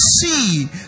see